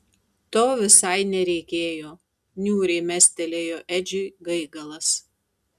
to visai nereikėjo niūriai mestelėjo edžiui gaigalas